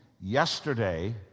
yesterday